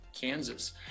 Kansas